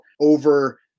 over